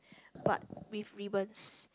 but with ribbons